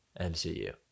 MCU